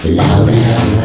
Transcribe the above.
louder